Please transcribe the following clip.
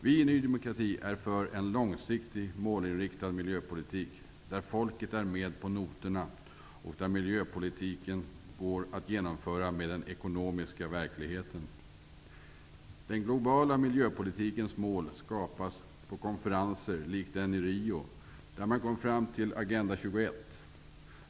Vi i Ny demokrati är för en långsiktig, målinriktad miljöpolitik, där folket är med på noterna och där miljöpolitiken går att genomföra i samklang med den ekonomiska verkligheten. Den globala miljöpolitikens mål skapas på konferenser likt den i Rio, där man kom fram till Agenda 21.